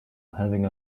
having